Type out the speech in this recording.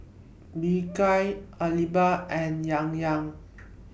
Bika Alba and Yan Yan